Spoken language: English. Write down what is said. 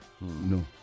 No